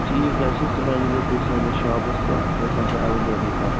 ٹھیٖک حظ چھِ صُبحن ییٖزیو تُہۍ سٲنِس شاپَس پٮ۪ٹھ تہٕ أسۍ آسو اٮ۪ولیبٕل تۄہہِ